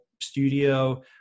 studio